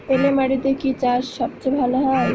বেলে মাটিতে কি চাষ সবচেয়ে ভালো হয়?